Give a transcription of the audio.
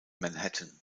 manhattan